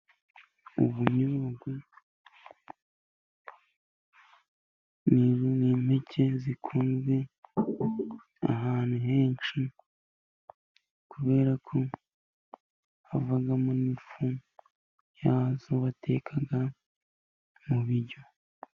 Ubunyobwa ni impeke zikunzwe ahantu henshi, kubera ko havamo n'ifu yazo bateka mu biryo.